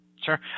sure